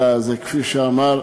אלא כפי שאמר,